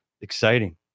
Exciting